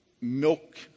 milk